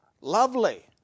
lovely